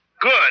good